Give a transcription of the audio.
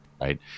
Right